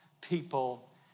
people